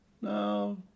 no